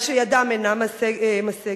מה שידם אינם משגת.